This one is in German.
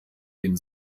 den